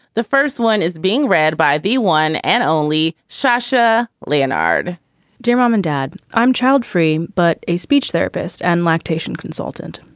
the first one is being read by be one and only sasha leonhard dear mom and dad, i'm childfree, but a speech therapist and lactation consultant,